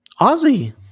Ozzy